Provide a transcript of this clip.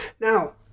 Now